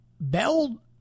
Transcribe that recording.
bell